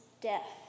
death